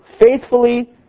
faithfully